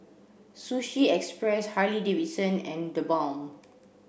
Sushi Express Harley Davidson and TheBalm